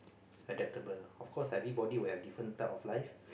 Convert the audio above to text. adaptable of course everybody will have different type of life